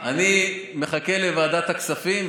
אני מחכה לוועדת הכספים,